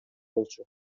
болчу